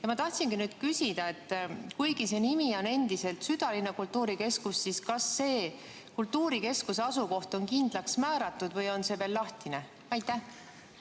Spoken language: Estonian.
Ma tahtsingi küsida, et kuigi see nimi on endiselt südalinna kultuurikeskus, siis kas selle kultuurikeskuse asukoht on kindlaks määratud või on see veel lahtine. Aitäh,